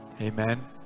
Amen